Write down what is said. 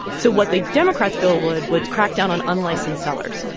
so what the democrats' bill would would crack down on unlicensed sellers.